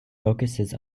focuses